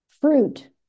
fruit